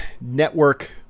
network